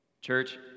Church